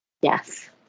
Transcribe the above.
Yes